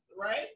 right